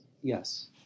yes